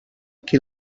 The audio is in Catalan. qui